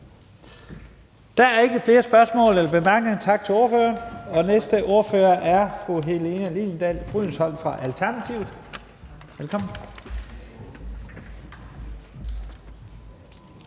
Der er ikke flere korte bemærkninger, så tak til ordføreren. Og den næste ordfører er fru Helene Liliendahl Brydensholt fra Alternativet. Velkommen.